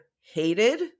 hated